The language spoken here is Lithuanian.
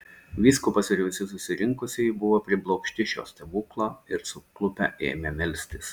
vyskupas ir visi susirinkusieji buvo priblokšti šio stebuklo ir suklupę ėmė melstis